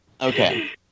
Okay